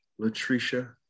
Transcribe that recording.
Latricia